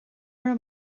raibh